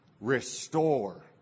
restore